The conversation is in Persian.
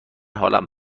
حالم